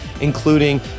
including